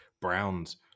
Browns